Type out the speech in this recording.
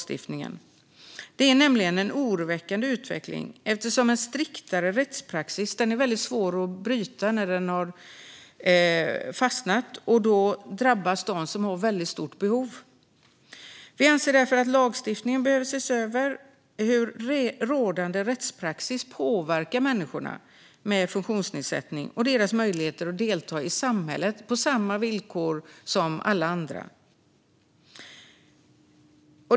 Utvecklingen är nämligen oroande eftersom en strikt rättspraxis är svår att bryta när den väl etablerats, och då drabbas de med stort behov. Lagstiftningen behöver alltså ses över när det gäller hur rådande rättspraxis påverkar människor med funktionsnedsättning och deras möjlighet att delta i samhället på samma villkor som andra.